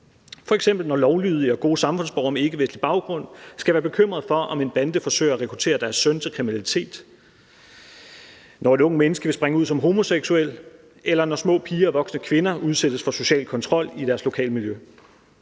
f.eks. når lovlige og gode samfundsborgere med ikkevestlig baggrund skal være bekymrede for, om en bande forsøger at rekruttere deres søn til kriminalitet, når et ungt menneske vil springe ud som homoseksuel, eller når små piger og voksne kvinder udsættes for social kontrol i deres lokalmiljø.